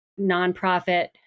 nonprofit